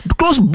close